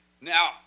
Now